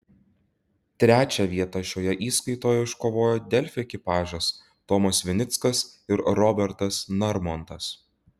trečią vietą šioje įskaitoje iškovojo delfi ekipažas tomas vinickas ir robertas narmontas